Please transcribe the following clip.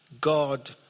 God